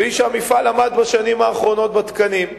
והיא שהמפעל עמד בשנים האחרונות בתקנים.